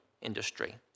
industry